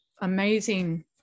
amazing